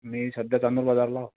मी सध्या चांदूर बाजारला हाव